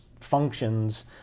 functions